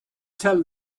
tell